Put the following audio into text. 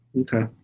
Okay